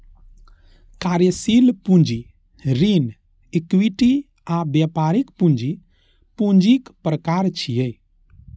कार्यशील पूंजी, ऋण, इक्विटी आ व्यापारिक पूंजी पूंजीक प्रकार छियै